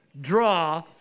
draw